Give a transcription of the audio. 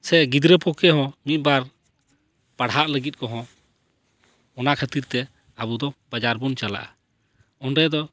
ᱥᱮ ᱜᱤᱫᱽᱨᱟᱹ ᱯᱚᱠᱠᱷᱮ ᱦᱚᱸ ᱢᱤᱫ ᱵᱟᱨ ᱯᱟᱲᱦᱟᱜ ᱞᱟᱹᱜᱤᱫ ᱠᱚᱦᱚᱸ ᱚᱱᱟ ᱠᱷᱟᱹᱛᱤᱨ ᱛᱮ ᱟᱵᱚ ᱫᱚ ᱵᱟᱡᱟᱨ ᱵᱚᱱ ᱪᱟᱞᱟᱜᱼᱟ ᱚᱸᱰᱮ ᱫᱚ